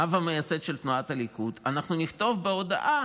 האב המייסד של תנועת הליכוד: אנחנו נכתוב בהודעה